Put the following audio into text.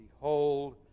Behold